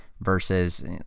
versus